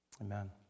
Amen